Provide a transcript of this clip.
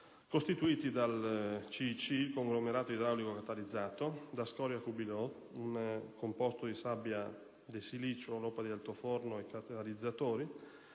costituiti da CIC (conglomerato idraulico catalizzato) e da "scoria cubilot", un composto di sabbia silicea, loppa di altoforno e catalizzatori,